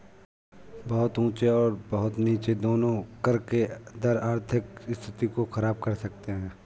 बहुत ऊँचे और बहुत नीचे दोनों कर के दर आर्थिक स्थिति को ख़राब कर सकते हैं